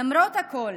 למרות הכול,